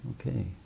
okay